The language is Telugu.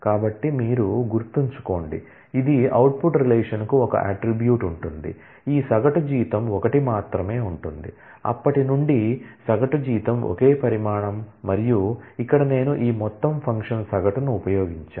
కాబట్టి మీరు గుర్తుంచుకోండి ఇది అవుట్పుట్ రిలేషన్కు ఒక అట్ట్రిబ్యూట్ ఉంటుంది ఈ సగటు జీతం ఒకటి మాత్రమే ఉంటుంది అప్పటి నుండి సగటు జీతం ఒకే పరిమాణం మరియు ఇక్కడ నేను ఈ మొత్తం ఫంక్షన్ సగటును ఉపయోగించాను